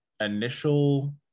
initial